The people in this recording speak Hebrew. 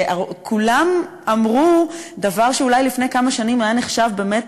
וכולם אמרו דבר שאולי לפני כמה שנים היה נחשב באמת